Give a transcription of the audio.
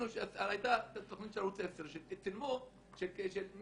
היתה תכנית של ערוץ 10 והראו שהראו שאף